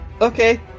okay